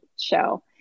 show